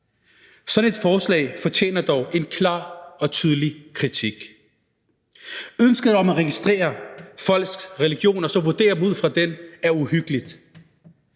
Sådan et forslag fortjener dog en klar og tydelig kritik. Ønsket om at registrere folks religion og vurdere dem ud fra den er uhyggeligt.